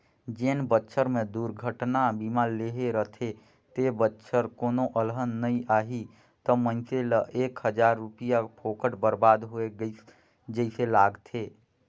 जेन बच्छर मे दुरघटना बीमा लेहे रथे ते बच्छर कोनो अलहन नइ आही त मइनसे ल एक हजार रूपिया फोकट बरबाद होय गइस जइसे लागथें